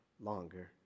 longer